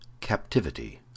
Captivity